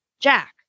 jack